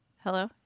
Hello